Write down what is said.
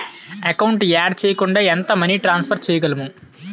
Account add చేయకుండా ఎంత money transfer చేయగలము?